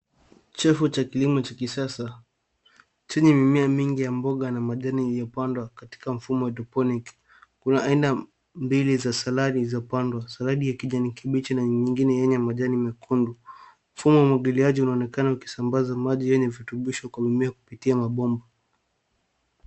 Chafu cha kilimo cha kisasa chenye mimea mimea mingi ya mboga na majani yaliyopandwa katika mfumo wa hydroponic . Kuna aina mbili za saladi zilizopandwa, saladi ya kijani kibichi na nyingine yenye majani mekundu. Mfumo wa umwagiliaji unaonekana ukisambaza maji yenye virutubisho kwa mimea kupitia mabomba.